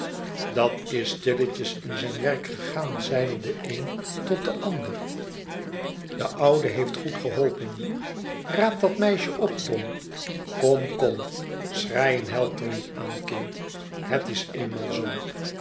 dat is stilletjes un zijn werk gegaan zeide de een tot den ander de oude heeft goed geholpen raap dat meisje op tom kom koiri schreien helpt er niet aan kind het is eenmaal po